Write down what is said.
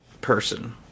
Person